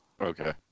Okay